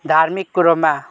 धार्मिक कुरोमा